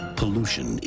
pollution